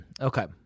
Okay